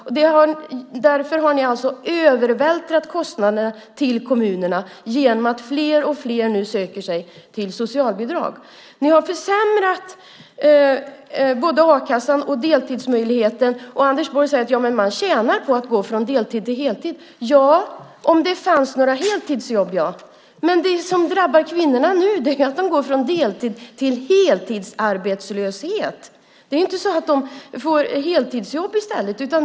Ni har därigenom övervältrar kommunerna genom att allt fler nu söker socialbidrag. Ni har försämrat både a-kassan och deltidsmöjligheten. Anders Borg säger att man tjänar på att gå från deltid till heltid. Ja, om det fanns några heltidsjobb. Men det som drabbar kvinnorna nu är att de går från deltid till heltidsarbetslöshet. Det är inte så att de får heltidsjobb i stället.